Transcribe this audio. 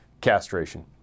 castration